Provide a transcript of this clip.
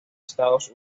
estados